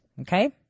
okay